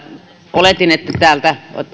oletin että täällä